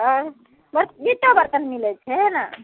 अछ बर्तन मिलै छै ने